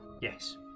Yes